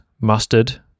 mustard